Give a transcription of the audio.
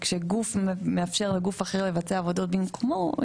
כשגוף מאפשר לגוף אחר לבצע עבודות במקומו,